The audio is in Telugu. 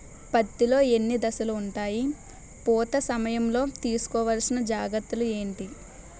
పత్తి లో ఎన్ని దశలు ఉంటాయి? పూత సమయం లో తీసుకోవల్సిన జాగ్రత్తలు ఏంటి?